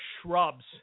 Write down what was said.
shrubs